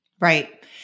Right